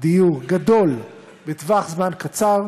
דיור גדול בטווח זמן קצר,